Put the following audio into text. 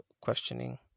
questioning